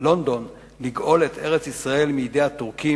לונדון לגאול את ארץ-ישראל מידי הטורקים.